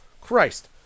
Christ